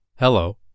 Hello